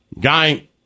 Guy